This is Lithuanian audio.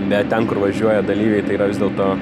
bet ten kur važiuoja dalyviai tai yra vis dėlto